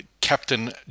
Captain